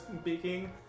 speaking